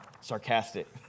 sarcastic